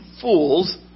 fools